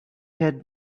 had